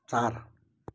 चार